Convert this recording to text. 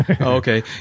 Okay